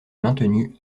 maintenu